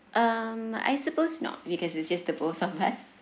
um I suppose not because it's just the both of us